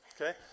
okay